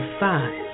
five